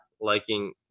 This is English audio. liking